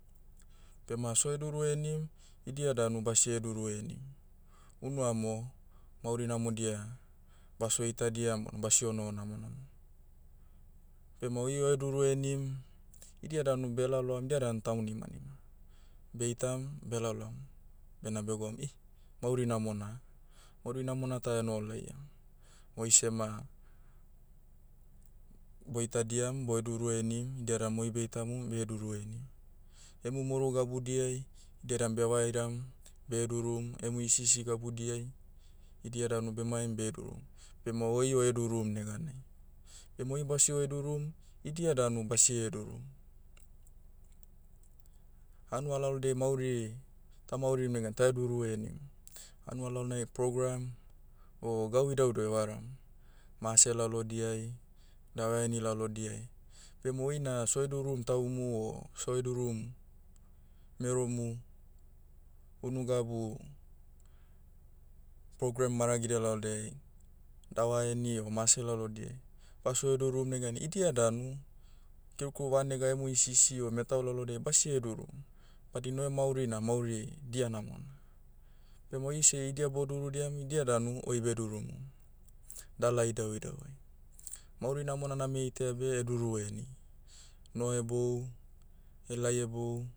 Bema soheduru henim, idia danu basie duru henim. Unu amo, mauri namodia, baso itadiam bona basio noho namonamom. Bema oi oheduru henim, idia danu belaloam idia dan taunimanima. Beitam, belaloam, bena be gwaum ih, mauri namona. Mauri namona ta enoho laiam. Moise ma, boitadiam, boheduru henim, idiadan moi beitamum beheduru henim. Emu moru gabudiai, idiadan bevairam, behedurum, emu hisihisi gabudiai, idia danu bemaim behedurum, bema oi ohedurum neganai. Bema oi basio hedurum, idia danu basiedurum. Hanua lalodiai mauri, tamaurim negan taheduru henim. Hanua lalonai program, o gau idauidau evaram. Mase lalodiai, davaheni lalodiai. Bema oina sohedurum taumu o sohedurum, meromu, unu gabu, program maragidia laldei, davaheni o mase lalodiai, baso hedurum neganai idia danu, kerukeru vanega emu hisihisi o metau lalodiai basie durum. Badina oiem mauri na mauri, dia namona. Bema oise idia bodurudiam idia danu, oi bedurumum. Dala idauidauai. Mauri namona name itaia beh heduru heni. Noho hebou, helai hebou,